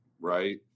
Right